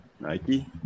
nike